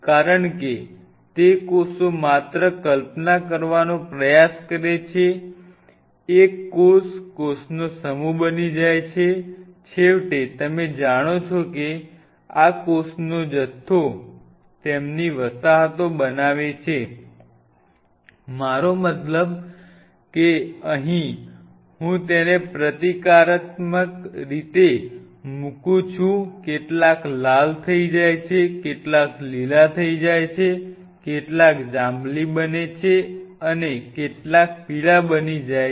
કારણ કે તે કોષો માત્ર કલ્પના કરવાનો પ્રયાસ કરે છે એક કોષ કોષનો સમૂહ બની જાય છે છેવટે તમે જાણો છો કે આ કોષોનો જથ્થો તેમની વસાહતો બનાવે છે મારો મતલબ કે અહીં હું તેને પ્રતીકાત્મક રીતે મુકું છું કેટલાક લાલ થઈ જાય છે કેટલાક લીલા થઈ જાય છે કેટલાક જાંબલી બને છે કેટલાક પીળા બની જાય છે